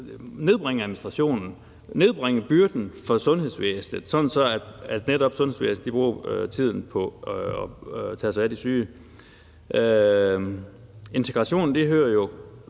nedbringe administrationen og nedbringe byrden for sundhedsvæsenet, sådan at sundhedsvæsenet netop bruger tiden på at tage sig af de syge. Integration hører jo